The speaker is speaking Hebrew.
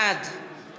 בעד